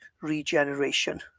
regeneration